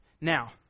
Now